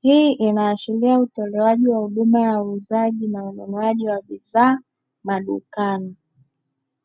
Hii inaashiria utolewaji wa huduma ya uuzaji na ununuwaji wa bidhaa madukani.